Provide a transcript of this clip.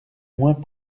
moins